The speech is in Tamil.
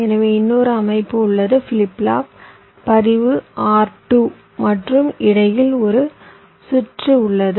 எனவே இன்னொரு அமைப்பு உள்ளது ஃபிளிப் ஃப்ளாப் பதிவு R2 மற்றும் இடையில் ஒரு சுற்று உள்ளது